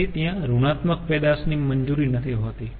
તેથી ત્યાં ઋણાત્મક પેદાશ ની મંજૂરી નથી હોતી